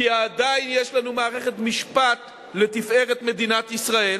כי עדיין יש לנו מערכת משפט לתפארת מדינת ישראל.